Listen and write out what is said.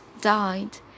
died